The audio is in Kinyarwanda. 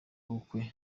ubukwe